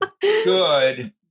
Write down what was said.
good